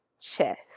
chest